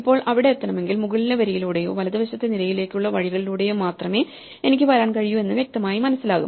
ഇപ്പോൾ ഇവിടെ എത്തണമെങ്കിൽ മുകളിലെ വരിയിലൂടെയോ വലതുവശത്തെ നിരയിലേക്കുള്ള വഴികളിലൂടെയോ മാത്രമേ എനിക്ക് വരാൻ കഴിയൂ എന്ന് വ്യക്തമായി മനസ്സിലാകും